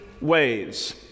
ways